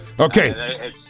Okay